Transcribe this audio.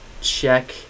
check